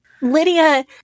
Lydia